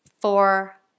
four